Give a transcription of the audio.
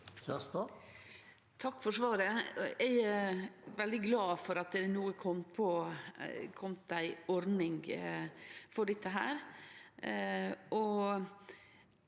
Takk for svar- et. Eg er veldig glad for at det no er kome ei ordning for dette,